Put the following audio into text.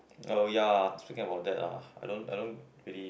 oh ya speaking about that ah I don't I don't really